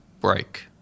break